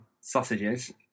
sausages